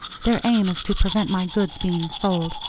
their aim is to prevent my goods being sold,